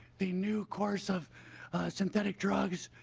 the new course of synthetic drugs